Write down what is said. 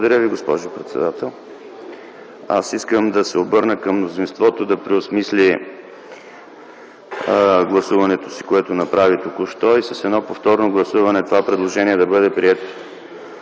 Благодаря Ви, госпожо председател! Искам да се обърна към мнозинството да преосмисли гласуването, което току-що направи, и с повторно гласуване това предложение да бъде прието.